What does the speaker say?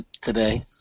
today